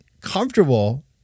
comfortable